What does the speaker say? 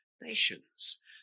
nations